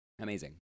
Amazing